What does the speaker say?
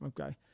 Okay